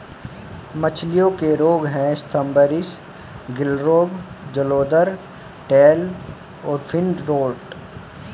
मछलियों के रोग हैं स्तम्भारिस, गिल रोग, जलोदर, टेल और फिन रॉट